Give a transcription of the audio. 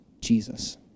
Jesus